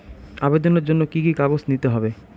আবেদনের জন্য কি কি কাগজ নিতে হবে?